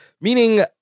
Meaning